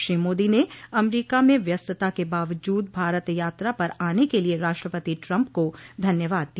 श्री मोदी ने अमरीका में व्यस्तता के बावजूद भारत यात्रा पर आने के लिए राष्ट्रपति ट्रंप को धन्यवाद दिया